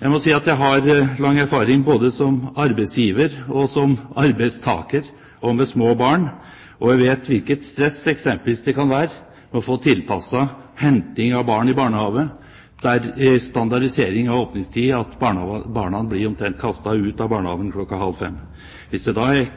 Jeg må si at jeg har lang erfaring både som arbeidsgiver og arbeidstaker og med små barn, og vet hvilket stress det eksempelvis kan være å få tilpasset henting av barn i barnehagen, der standardisering av åpningstid fører til at barnehagebarna omtrent blir kastet ut av barnehagen klokken halv fem. Hvis det da er